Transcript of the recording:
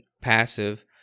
passive